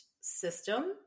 system